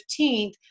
15th